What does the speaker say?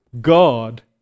God